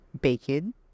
Bacon